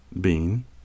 bean